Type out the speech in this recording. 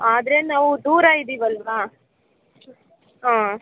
ಆದರೆ ನಾವು ದೂರ ಇದ್ದೀವಲ್ವಾ ಹಾಂ